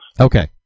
Okay